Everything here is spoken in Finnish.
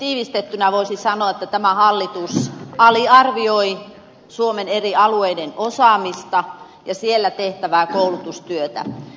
tiivistettynä voisi sanoa että tämä hallitus aliarvioi suomen eri alueiden osaamista ja siellä tehtävää koulutustyötä